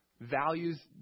values